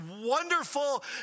wonderful